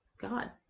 God